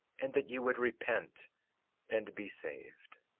and that ye would repent and be saved.